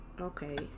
Okay